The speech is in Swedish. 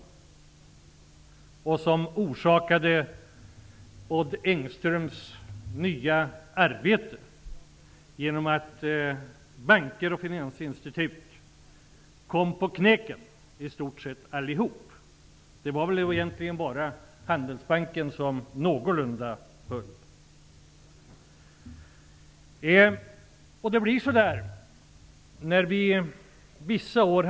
Detta i sin tur ledde fram till Odd Engströms nya arbete -- i stort sett alla banker och finansinstitut knäcktes. Det var egentligen bara Handelsbanken som höll någorlunda. Vissa år var det 0 % produktivitetsökning inom näringslivet.